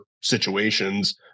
situations